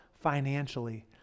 financially